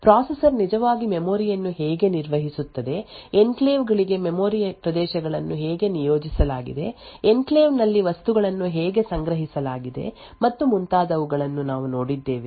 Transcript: processor ನಿಜವಾಗಿ memory ಯನ್ನು ಹೇಗೆ ನಿರ್ವಹಿಸುತ್ತದೆ ಎನ್ಕ್ಲೇವ್ ಗಳಿಗೆ ಮೆಮೊರಿ ಪ್ರದೇಶಗಳನ್ನು ಹೇಗೆ ನಿಯೋಜಿಸಲಾಗಿದೆ ಎನ್ಕ್ಲೇವ್ ನಲ್ಲಿ ವಸ್ತುಗಳನ್ನು ಹೇಗೆ ಸಂಗ್ರಹಿಸಲಾಗಿದೆ ಮತ್ತು ಮುಂತಾದವುಗಳನ್ನು ನಾವು ನೋಡಿದ್ದೇವೆ